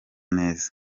neza